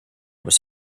was